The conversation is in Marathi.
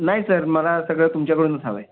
नाही सर मला सगळं तुमच्याकडूनच हवं आहे